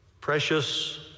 Precious